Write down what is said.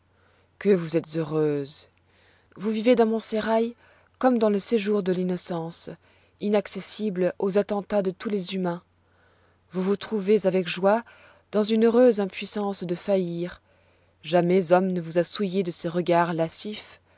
que vous êtes heureuse vous vivez dans mon sérail comme dans le séjour de l'innocence inaccessible aux attentats de tous les humains vous vous trouvez avec joie dans une heureuse impuissance de faillir jamais homme ne vous a souillée de ses regards